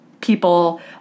people